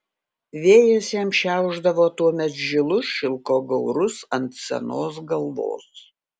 vėjas jam šiaušdavo tuomet žilus šilko gaurus ant senos galvos